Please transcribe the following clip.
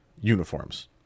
uniforms